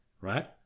right